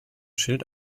schild